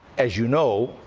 as you know,